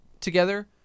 together